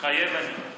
מתחייב אני.